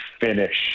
finish